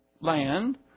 land